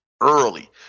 early